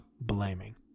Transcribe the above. blaming